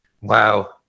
wow